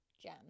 gem